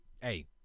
Hey